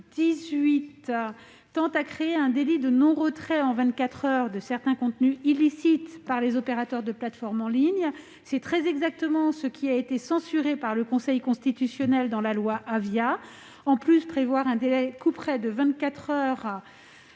tend à créer un délit de non-retrait en vingt-quatre heures de certains contenus illicites par les opérateurs de plateforme en ligne. C'est très exactement ce qui a été censuré par le Conseil constitutionnel dans la loi Avia. De plus, prévoir un délai couperet de